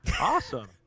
awesome